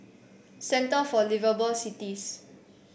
Centre for Liveable Cities